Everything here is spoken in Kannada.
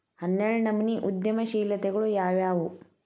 ಹನ್ನೆರ್ಡ್ನನಮ್ನಿ ಉದ್ಯಮಶೇಲತೆಗಳು ಯಾವ್ಯಾವು